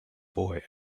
boy